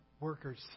Workers